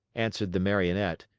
answered the marionette,